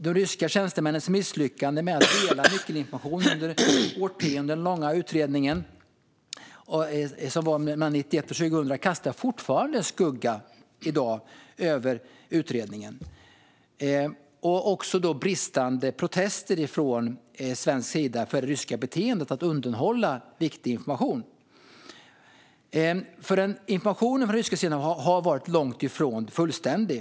De ryska tjänstemännens misslyckande när det gäller att dela med sig av nyckelinformation under den utredning som pågick i ett årtionde, mellan 1991 och 2000, kastar än i dag en skugga över utredningen. Protesterna från svensk sida mot det ryska beteendet att undanhålla viktig information har också varit bristande. Informationen från den ryska sidan har alltså varit långt ifrån fullständig.